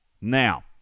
Now